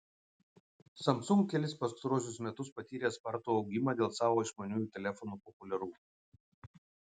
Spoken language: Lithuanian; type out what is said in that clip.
samsung kelis pastaruosius metus patyrė spartų augimą dėl savo išmaniųjų telefonų populiarumo